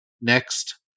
next